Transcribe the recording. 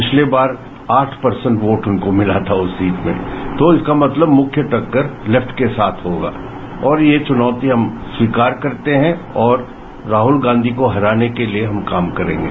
पिछली बार आठ परसेंट वोट उनको मिला था उस सीट पर तो इसका मतलब मुख्य टक्कर लेफ्ट के साथ होगा और ये चुनौतियां स्वीकार करते हैं और राहुल गांधी को हराने के लिए हम काम करेंगे